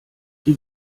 die